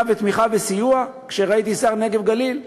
ותמיכה וסיוע כשהייתי שר הנגב והגליל?